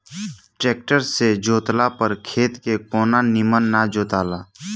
tractor से जोतला पर खेत के कोना निमन ना जोताला